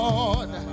Lord